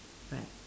right